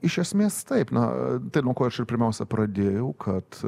iš esmės taip na tai nuo ko aš ir pirmiausia pradėjau kad